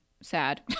sad